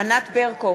ענת ברקו,